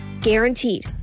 Guaranteed